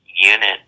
unit